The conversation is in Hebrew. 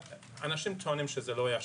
אנשים טוענים שזה לא היה שקוף.